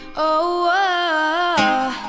ohhh ah